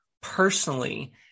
personally